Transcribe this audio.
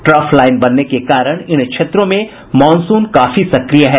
trough line बनने के कारण इन क्षेत्रों में मॉनसून काफी सक्रिय है